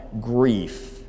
grief